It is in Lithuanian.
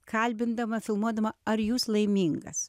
kalbindama filmuodama ar jūs laimingas